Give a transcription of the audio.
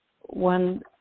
One